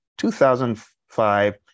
2005